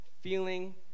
Feeling